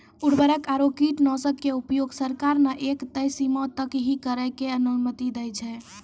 उर्वरक आरो कीटनाशक के उपयोग सरकार न एक तय सीमा तक हीं करै के अनुमति दै छै